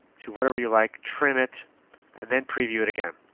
to whatever you like trim it and then preview it again.